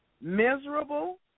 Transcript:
miserable